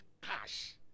cash